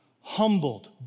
humbled